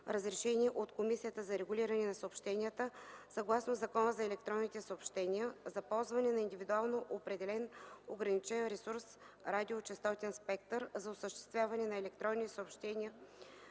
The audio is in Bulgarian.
разрешение от Комисията за регулиране на съобщенията, съгласно Закона за електронните съобщения, за ползване на индивидуално определен ограничен ресурс – радиочестотен спектър, за осъществяване на електронни съобщения